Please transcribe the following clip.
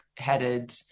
Headed